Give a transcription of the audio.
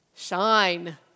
shine